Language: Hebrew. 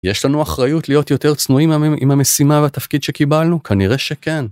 יש לנו אחריות להיות יותר צנועים עם המשימה והתפקיד שקיבלנו כנראה שכן.